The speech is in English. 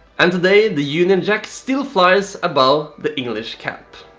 and today the union jack still flies above the english camp,